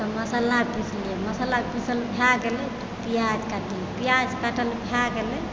तऽ मसल्ला पिसलिये मसल्ला पीसल भए गेलै तऽ प्याज कटलियै प्याज कटल भए गेलै